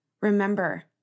Remember